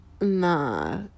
nah